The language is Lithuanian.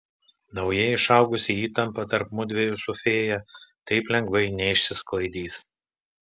naujai išaugusi įtampa tarp mudviejų su fėja taip lengvai neišsisklaidys